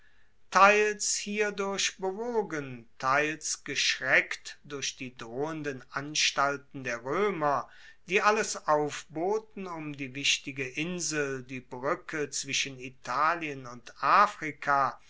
teils hierdurch bewogen teils geschreckt durch die drohenden anstalten der roemer die alles aufboten um die wichtige insel die bruecke zwischen italien und afrika